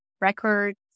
records